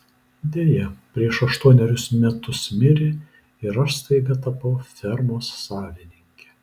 deja prieš aštuonerius metus mirė ir aš staiga tapau fermos savininke